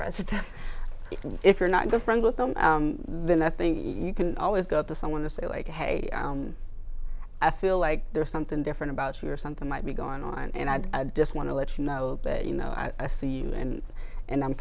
friends if you're not good friends with them then i think you can always go to someone to say like hey i feel like there's something different about you or something might be going on and i just want to let you know you know i see you and and i'm